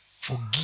forgive